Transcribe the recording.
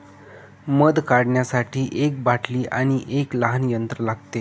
मध काढण्यासाठी एक बाटली आणि एक लहान यंत्र लागते